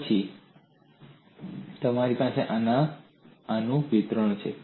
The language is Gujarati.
પછી તમારી પાસે આનું વિસ્તરણ છે